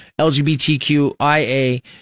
LGBTQIA